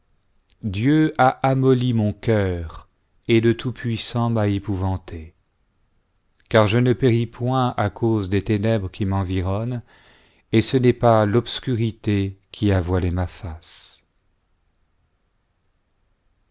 dieu a amolli mon cœur et le tout-puissant m'a épouvanté car je ne péris point à cause des ténèbres qui m'environnent et ce n'est pas l'obscurité qui a voilé ma face